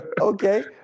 Okay